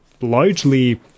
largely